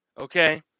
okay